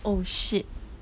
oh shit